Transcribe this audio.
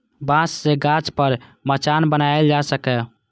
बांस सं गाछ पर मचान बनाएल जा सकैए